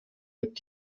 mit